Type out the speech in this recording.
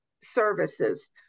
services